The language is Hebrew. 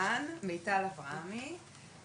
מיטל אברהמי,